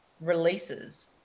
releases